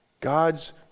God's